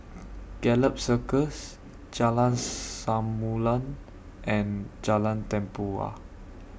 Gallop Circus Jalan Samulun and Jalan Tempua